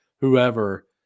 whoever